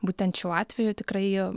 būtent šiuo atveju tikrai